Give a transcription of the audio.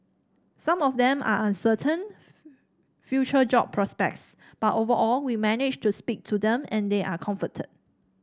some of them are uncertain future job prospects but overall we managed to speak to them and they are comforted